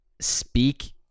speak